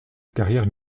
carrière